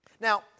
Now